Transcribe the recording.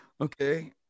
okay